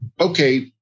okay